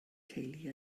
teulu